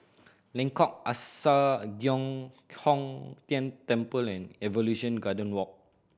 Lengkok Angsa Giok Hong Tian Temple and Evolution Garden Walk